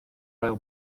ail